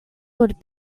would